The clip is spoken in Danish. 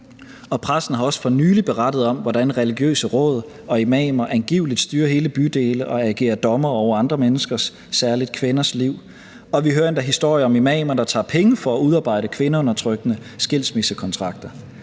Og pressen har også for nylig berettet om, hvordan religiøse råd og imamer angiveligt styrer hele bydele og agerer dommere over andre menneskers liv, særlig kvinders. Og vi hører endda historier om imamer, der tager penge for at udarbejde kvindeundertrykkende skilsmissekontrakter.